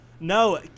No